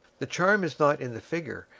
the charm is not in the figure,